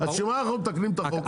בשביל מה אנחנו מתקנים את החוק?